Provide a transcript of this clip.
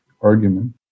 argument